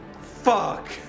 Fuck